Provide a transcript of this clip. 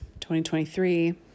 2023